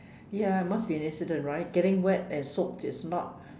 ya must be an incident right getting wet and soaked is not